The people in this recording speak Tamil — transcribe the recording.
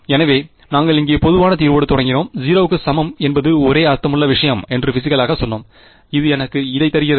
எனவே நாங்கள் இங்கே பொதுவான தீர்வோடு தொடங்கினோம் 0 க்கு சமம் என்பது ஒரே அர்த்தமுள்ள விஷயம் என்று பிசிகளாக சொன்னோம் இது எனக்கு இதைத் தருகிறது